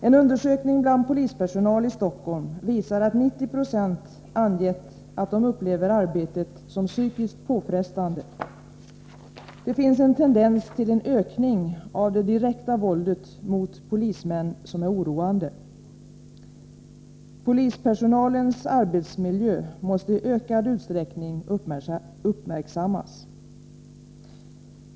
En undersökning bland polispersonal i Stockholm visar att 90 96 angett att de upplever arbetet som psykiskt påfrestande. Det finns en tendens till en ökning av det direkta våldet mot polismän som är oroande. Polispersonalens arbetsmiljö måste i ökad utsträckning uppmärksammas.